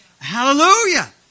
Hallelujah